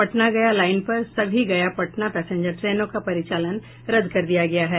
Patna Gaya line पर सभी Gaya Patna passenger ट्रेनों का परिचालन रद्द कर दिया गया है